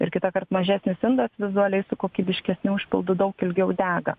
ir kitąkart mažesnis indas vizualiai su kokybiškesniu užpildu daug ilgiau dega